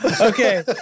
okay